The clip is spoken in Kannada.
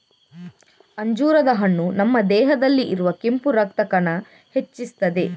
ಅಂಜೂರದ ಹಣ್ಣು ನಮ್ಮ ದೇಹದಲ್ಲಿ ಇರುವ ಕೆಂಪು ರಕ್ತ ಕಣ ಹೆಚ್ಚಿಸ್ತದೆ